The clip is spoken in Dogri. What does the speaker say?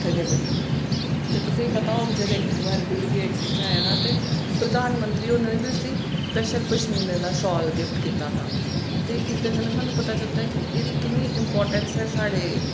उत्थै गै मिलदी ऐ ते तुसेंगी पता होग जिसले इक बार बिलगेट इत्थै आया हा ते प्रधानमंत्री होरें उस्सी स्पैशल पश्मीने दा शाल गिफ्ट कीता हा ते इसदे कन्नै सानूं पता चलदा ऐ कि एह्दी कि'न्नी इम्पोटेंटस ऐ साढ़े